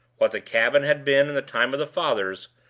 what the cabin had been in the time of the fathers,